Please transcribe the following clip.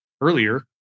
earlier